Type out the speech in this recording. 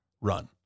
run